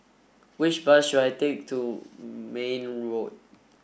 which bus should I take to Mayne Road